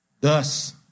thus